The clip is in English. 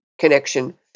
connection